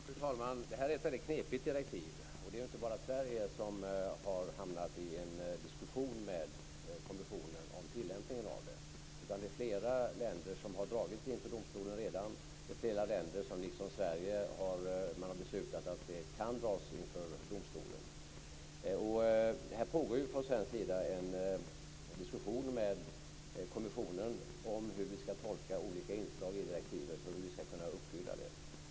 Fru talman! Det här är ett väldigt knepigt direktiv. Det är ju inte bara Sverige som har hamnat i en diskussion med kommissionen om tillämpningen av det, utan det är flera länder som redan dragits inför domstolen och flera länder som liksom Sverige kan dras inför domstolen. Det pågår från svensk sida en diskussion med kommissionen om hur man ska tolka olika inslag i direktivet och hur vi ska kunna uppfylla det.